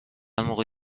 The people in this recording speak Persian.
موقع